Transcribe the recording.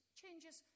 changes